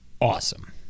awesome